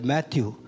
Matthew